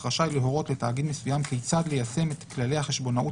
רשאי להורות לתאגיד מסוים כיצד ליישם את כללי החשבונאות